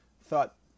thought